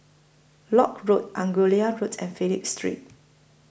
Lock Road Angullia Root and Phillip Street